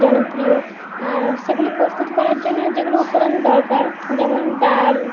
জনপ্রিয় আর সেগুলি প্রস্তুত করার জন্য যেগুলো উপাদান দরকার যেমন ডাল